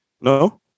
No